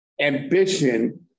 ambition